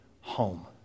home